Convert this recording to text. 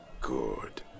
good